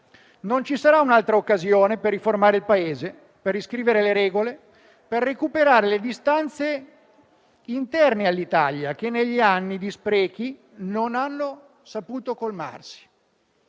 non ci sarà un'altra occasione per riformare il Paese, per riscrivere le regole, per recuperare le distanze interne all'Italia, che negli anni di sprechi non hanno saputo colmarsi.